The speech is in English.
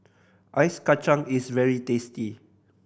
Ice Kachang is very tasty